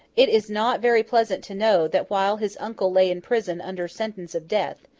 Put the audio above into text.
it is not very pleasant to know that while his uncle lay in prison under sentence of death,